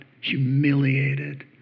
humiliated